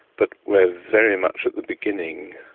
but we're very much at the beginning,